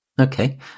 Okay